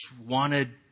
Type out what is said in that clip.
wanted